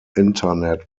internet